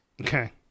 Okay